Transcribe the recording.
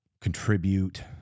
Contribute